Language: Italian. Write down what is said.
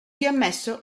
riammesso